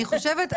בבקשה.